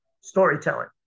storytelling